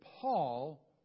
Paul